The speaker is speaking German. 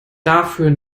dafür